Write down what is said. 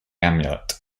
amulet